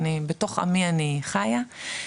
בתוך עמי אני חיה.